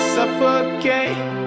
Suffocate